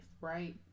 right